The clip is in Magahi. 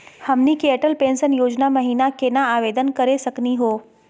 हमनी के अटल पेंसन योजना महिना केना आवेदन करे सकनी हो?